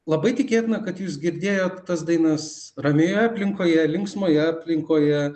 labai tikėtina kad jūs girdėjot tas dainas ramioje aplinkoje linksmoje aplinkoje